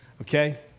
Okay